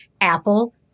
apple